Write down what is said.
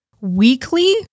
weekly